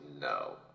no